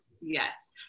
Yes